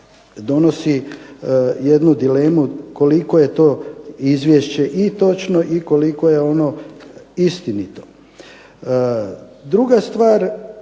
donosi jednu dilemu koliko je to izvješće i točno i koliko je ono istinito. Druga stvar